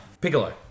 Piccolo